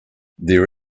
there